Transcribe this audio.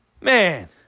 Man